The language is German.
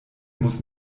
muss